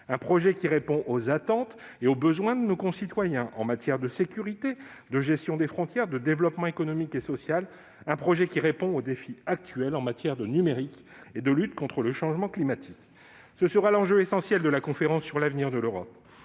un projet qui répond aux attentes et aux besoins de nos concitoyens en matière de sécurité, de gestion des frontières, de développement économique et social ; un projet qui répond aux défis actuels en matière de numérique et de lutte contre le changement climatique. Tel sera l'enjeu essentiel de la Conférence sur l'avenir de l'Europe.